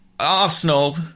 Arsenal